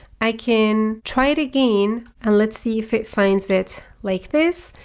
i can try it again and let's see if it finds it like this.